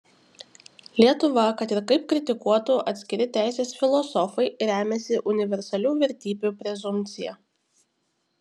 lietuva kad ir kaip kritikuotų atskiri teisės filosofai remiasi universalių vertybių prezumpcija